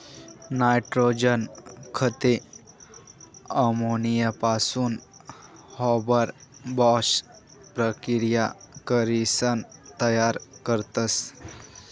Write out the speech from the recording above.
nitrogen खते अमोनियापासून Haber Bosch प्रकिया करीसन तयार करतस